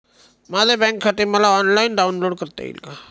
माझे बँक खाते मला ऑनलाईन डाउनलोड करता येईल का?